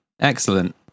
Excellent